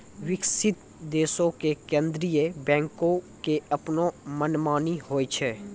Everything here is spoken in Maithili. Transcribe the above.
विकसित देशो मे केन्द्रीय बैंको के अपनो मनमानी होय छै